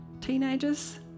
teenagers